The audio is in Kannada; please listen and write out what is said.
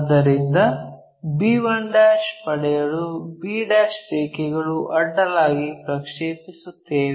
ಆದ್ದರಿಂದ b1 ಪಡೆಯಲು b ರೇಖೆಗಳು ಅಡ್ಡಲಾಗಿ ಪ್ರಕ್ಷೇಪಿಸುತ್ತೇವೆ